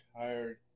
tired